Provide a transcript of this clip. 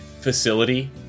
facility